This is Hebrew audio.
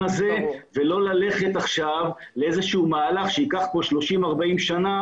הזה ולא ללכת עכשיו לאיזשהו מהלך שייקח 30-40 שנים